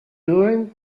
doing